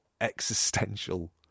existential